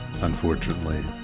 unfortunately